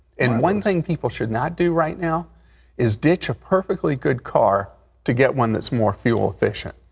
and one thing people should not do right now is ditch a perfectly good car to get one that's more fuel efficient.